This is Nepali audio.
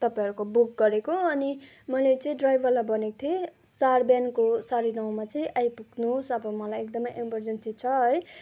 तपाईँहरूको बुक गरेको अनि मैले चाहिँ ड्राइभरलाई भनेको थिएँ सार बिहानको साढे नौमा चाहिँ आइपुग्नुहोस् अब मलाई एकदमै इमर्जेन्सी छ है